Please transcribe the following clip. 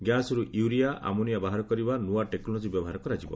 ଗ୍ୟାସ୍ରୁ urea ammonia ବାହାର କରିବା ନିଆ ଟେକ୍ନୋଲୋକି ବ୍ୟବହାର କରାଯିବ